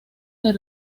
del